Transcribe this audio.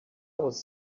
was